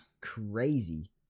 crazy